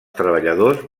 treballadors